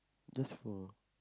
just for